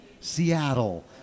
seattle